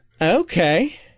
Okay